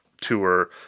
tour